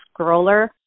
scroller